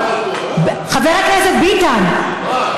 זה בדיוק.